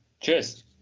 Cheers